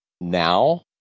now